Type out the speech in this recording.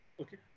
okay